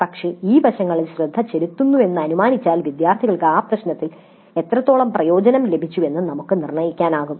പക്ഷേ ഈ വശങ്ങളിൽ ശ്രദ്ധ ചെലുത്തുന്നുവെന്ന് അനുമാനിച്ചാൽ വിദ്യാർത്ഥികൾക്ക് ആ പ്രശ്നങ്ങളിൽ നിന്ന് എത്രത്തോളം പ്രയോജനം ലഭിച്ചുവെന്ന് നമുക്ക് നിർണ്ണയിക്കാനാകും